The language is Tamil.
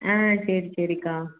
ஆ சரி சரிக்கா